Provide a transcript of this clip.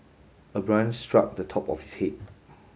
a branch struck the top of his head